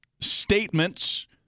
statements –